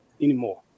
anymore